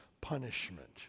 punishment